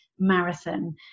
marathon